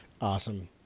Awesome